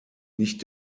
nicht